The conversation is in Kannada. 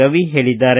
ರವಿ ಹೇಳಿದ್ದಾರೆ